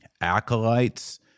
acolytes